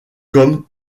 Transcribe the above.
comme